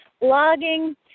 Logging